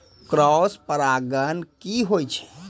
Cross परागण की होय छै?